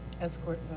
Escort